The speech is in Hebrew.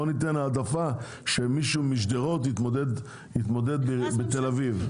בוא ניתן העדפה כשמישהו משדרות יתמודד בתל אביב.